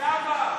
למה?